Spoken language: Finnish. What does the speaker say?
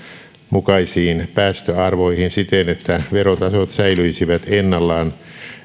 mukaisiin päästöarvoihin siten että verotasot säilyisivät ennallaan